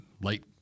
late